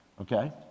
okay